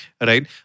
Right